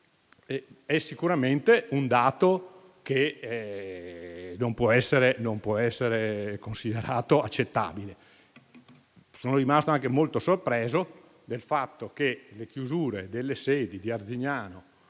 è sicuramente un dato che non può essere considerato accettabile. Sono rimasto anche molto sorpreso del fatto che la chiusura delle sedi di Arzignano